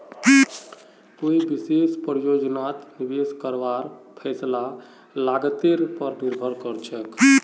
कोई विशेष परियोजनात निवेश करवार फैसला लागतेर पर निर्भर करछेक